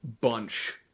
bunch